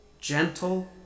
gentle